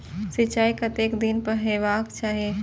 सिंचाई कतेक दिन पर हेबाक चाही?